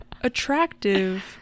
attractive